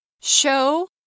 Show